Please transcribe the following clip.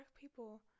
people